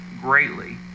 greatly